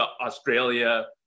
australia